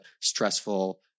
stressful